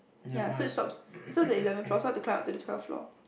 ya so it stops it stops at eleven floor so I've climb up to the twelfth floor